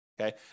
okay